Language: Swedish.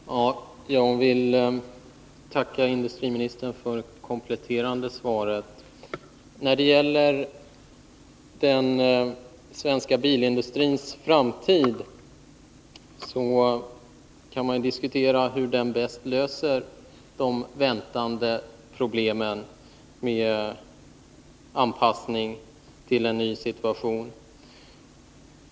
Herr talman! Jag vill tacka industriministern för det kompletterande svaret. När det gäller den svenska bilindustrins framtid kan man diskutera hur man bäst löser de väntade problemen med anpassning till en ny situation.